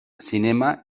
cinema